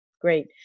Great